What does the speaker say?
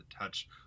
touch